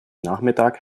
nachmittag